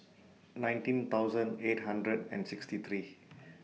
nineteen thousand eight hundred and sixty three